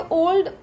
old